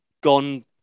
gone